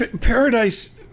paradise